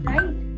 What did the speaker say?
Right